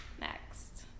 next